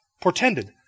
portended